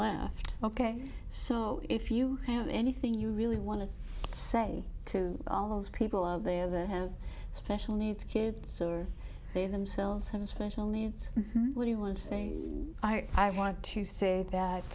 left ok so if you have anything you really want to say to all those people out there that have special needs kids so they themselves have a special needs what do you want to say i want to say that